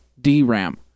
DRAM